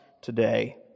today